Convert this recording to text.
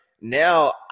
now